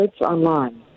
online